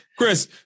Chris